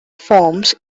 forms